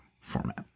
format